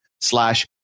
slash